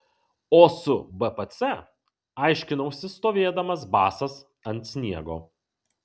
o su bpc aiškinausi stovėdamas basas ant sniego